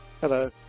Hello